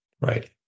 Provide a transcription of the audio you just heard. right